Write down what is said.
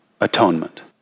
atonement